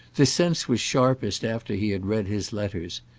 this sense was sharpest after he had read his letters,